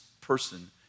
person